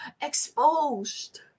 exposed